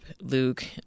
luke